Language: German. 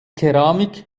keramik